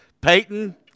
Peyton